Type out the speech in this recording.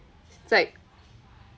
it's like